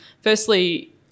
firstly